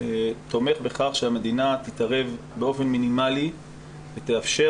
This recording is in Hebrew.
תומך בכך שהמדינה תתערב באופן מינימלי ותאפשר